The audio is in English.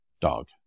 dog